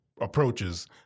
approaches